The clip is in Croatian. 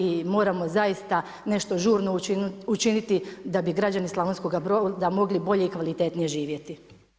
I moramo zaista nešto žurno učiniti da bi građani Slavonskoga Broda mogli bolje i kvalitetnije živjeti.